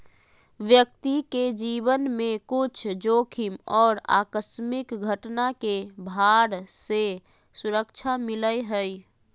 व्यक्ति के जीवन में कुछ जोखिम और आकस्मिक घटना के भार से सुरक्षा मिलय हइ